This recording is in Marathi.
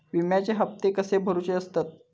विम्याचे हप्ते कसे भरुचे असतत?